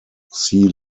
sea